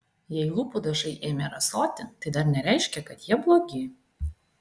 jei lūpų dažai ėmė rasoti tai dar nereiškia kad jie blogi